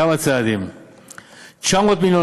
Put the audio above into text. אני לא